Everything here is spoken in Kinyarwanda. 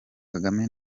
kagame